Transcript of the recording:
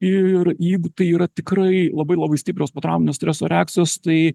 ir jeigu tai yra tikrai labai labai stiprios potrauminio streso reakcijos tai